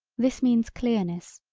this means clearness,